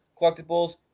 collectibles